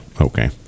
Okay